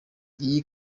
iyi